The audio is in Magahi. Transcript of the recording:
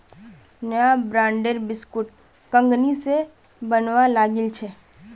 नया ब्रांडेर बिस्कुट कंगनी स बनवा लागिल छ